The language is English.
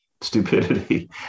stupidity